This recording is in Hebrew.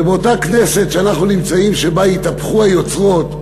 באותה כנסת שאנו נמצאים, שבה התהפכו היוצרות,